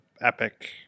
epic